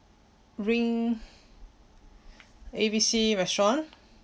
ring A B C restaurant